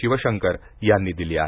शिवशंकर यांनी दिली आहे